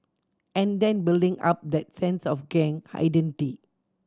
and then building up that sense of gang identity